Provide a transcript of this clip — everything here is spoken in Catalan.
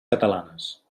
catalanes